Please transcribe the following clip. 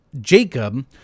Jacob